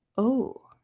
oh.